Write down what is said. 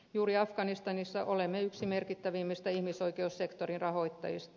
juuri afganistanissa olemme yksi merkittävimmistä ihmisoikeussektorin rahoittajista